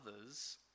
others